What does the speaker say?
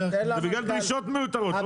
זה בגלל דרישות מיותרות, לא בגלל דברים אחרים.